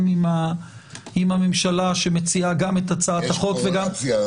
גם עם הממשלה שמציעה גם את הצעת החוק --- יש פה עוד את הצו.